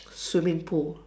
swimming pool